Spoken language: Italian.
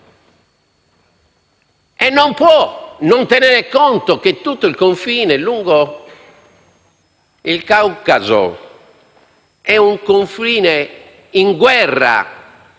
Non può non tenere conto che tutto il confine lungo il Caucaso è in guerra,